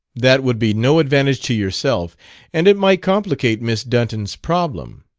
that would be no advantage to yourself and it might complicate miss dunton's problem.